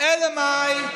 אלא מאי,